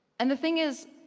and the thing is,